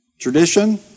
Tradition